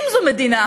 אם זאת מדינה,